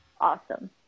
awesome